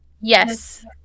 Yes